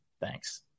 Thanks